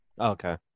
Okay